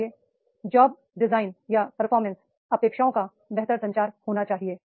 इसलिए job design या performance अपेक्षाओं का बेहतर संचार होना चाहिए